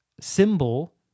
symbol